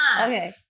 Okay